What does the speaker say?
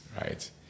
right